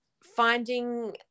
Finding